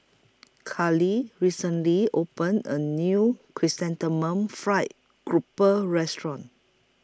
Khalil recently opened A New Chrysanthemum Fried Grouper Restaurant